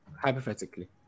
hypothetically